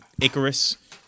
Icarus